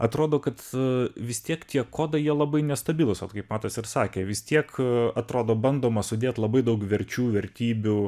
atrodo kad vis tiek tie kodai jie labai nestabilūs vat kaip matas ir sakė vis tiek atrodo bandoma sudėt labai daug verčių vertybių